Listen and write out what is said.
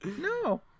no